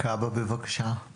כיבוי אש בבקשה.